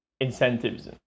incentives